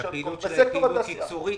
שהפעילות שלה היא ייצורית?